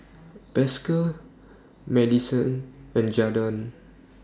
Pascal Madisen and Jadon